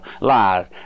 lies